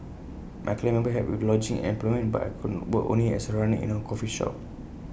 my clan members helped with lodging and employment but I could work only as A runner in A coffee shop